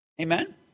Amen